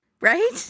Right